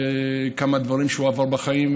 כמה דברים הוא עבר בחיים.